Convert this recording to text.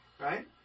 Right